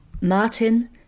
Martin